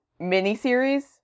miniseries